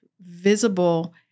visible